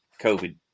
COVID